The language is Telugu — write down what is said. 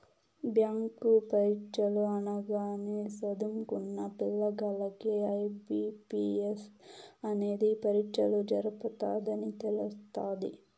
బ్యాంకు పరీచ్చలు అనగానే సదుంకున్న పిల్లగాల్లకి ఐ.బి.పి.ఎస్ అనేది పరీచ్చలు జరపతదని తెలస్తాది